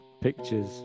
pictures